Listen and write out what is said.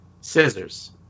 Scissors